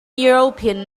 european